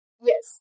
Yes